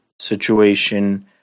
situation